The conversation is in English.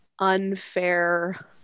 unfair